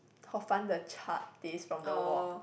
hor fun the charred taste from the wok